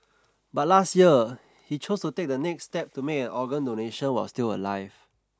but last year he chose to take the next step to make an organ donation while still alive